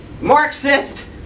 Marxist